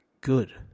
good